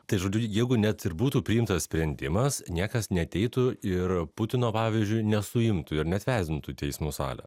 tai žodžiu jeigu net ir būtų priimtas sprendimas niekas neateitų ir putino pavyzdžiui nesuimtų ir neatvesdintų į teismo salę